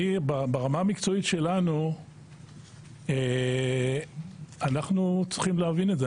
ברמה המקצועית שלנו אנחנו צריכים להבין את זה,